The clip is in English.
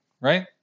right